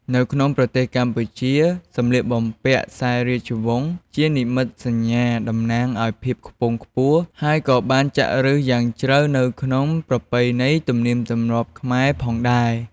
នៅក្នុងប្រទេសកម្ពុជា សម្លៀកបំពាក់ខ្សែរាជវង្សជានិមិត្តសញ្ញាតំណាងឱ្យភាពខ្ពង់ខ្ពស់ ហើយក៏បានចាក់ឬសយ៉ាងជ្រៅនៅក្នុងប្រពៃណីទំនៀមទម្លាប់ខ្មែរផងដែរ។